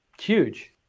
huge